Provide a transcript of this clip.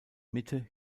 mitte